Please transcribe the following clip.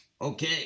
Okay